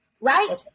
right